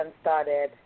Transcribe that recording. started